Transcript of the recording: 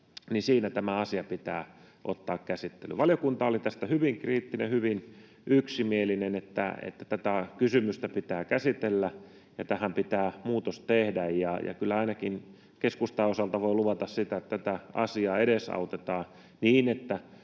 tehdään — tämä asia pitää ottaa käsittelyyn. Valiokunta oli tästä hyvin kriittinen, hyvin yksimielinen, että tätä kysymystä pitää käsitellä ja tähän pitää muutos tehdä. Kyllä ainakin keskustan osalta voin luvata, että tätä asiaa edesautetaan niin,